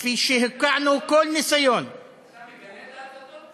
כפי שהוקענו כל ניסיון, אתה מגנה את ההצתות?